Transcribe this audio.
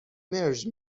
مژر